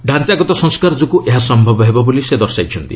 ଢାଞ୍ଚାଗତ ସଂସ୍କାର ଯୋଗୁଁ ଏହା ସମ୍ଭବ ହେବ ବୋଲି ସେ ଦର୍ଶାଇଛନ୍ତି